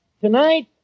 Tonight